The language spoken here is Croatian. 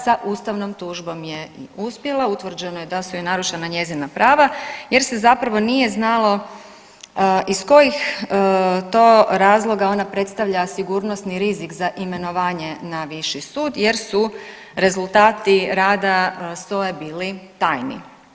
Sa ustavnom tužbom je i uspjela, utvrđeno je da su joj narušena njezina prava jer se zapravo nije znalo iz kojih to razloga ona predstavlja sigurnosni rizik za imenovanje na viši sud jer su rezultati rada SOA-e bili tajni.